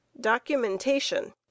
DOCUMENTATION